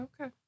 Okay